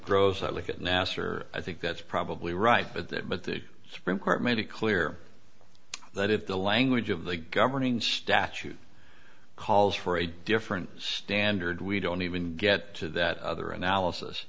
grows that look at nasser i think that's probably right but that but the supreme court made it clear that if the language of the governing statute calls for a different standard we don't even get to that other analysis